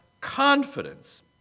confidence